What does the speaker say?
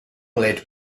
lid